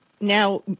now